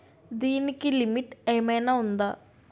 దీనికి లిమిట్ ఆమైనా ఉందా?